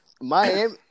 Miami